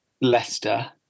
Leicester